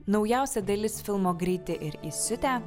naujausia dalis filmo greiti ir įsiutę